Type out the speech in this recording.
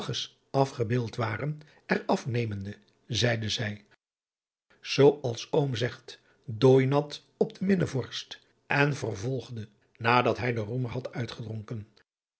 afgebeeld waren er afnemende zeide hij zoo als oom zegt dooinat op de minnevorst en vertvolgde nadat hij den roemer had uitgedronken